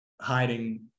hiding